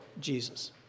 Jesus